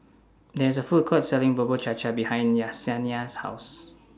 There IS A Food Court Selling Bubur Cha Cha behind Yesenia's House